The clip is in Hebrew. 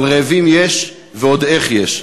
אבל רעבים יש, ועוד איך יש.